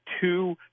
two